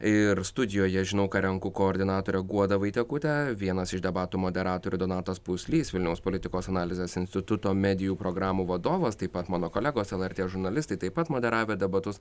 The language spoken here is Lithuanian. ir studijoje žinau ką renku koordinatorė guoda vaitiekutė vienas iš debatų moderatorių donatas puslys vilniaus politikos analizės instituto medijų programų vadovas taip pat mano kolegos lrt žurnalistai taip pat moderavę debatus